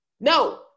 no